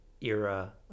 era